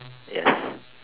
yes